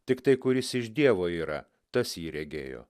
tiktai kuris iš dievo yra tas jį regėjo